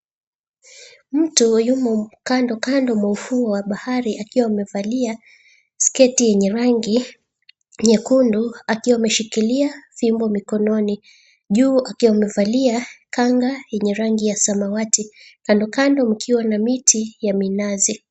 Mtu yumo kando kando mwa ufuo wa bahari akiwa amevalia sketi yenye rangi nyekundu akiwa ameshikilia fimbo mikononi. Juu akiwa amevalia kanga yenye rangi ya samawati. Kando kando mkiwa na miti ya minazi.